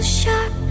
sharp